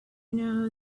know